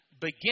begin